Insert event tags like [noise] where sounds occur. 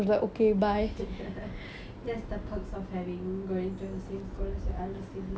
[laughs] that's the perks of having going to the same school as your elder sibling